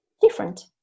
different